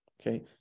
Okay